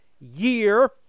year